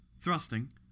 Thrusting